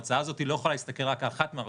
ההצעה הזאת לא יכולה להסתכל רק על אחת מהרשויות.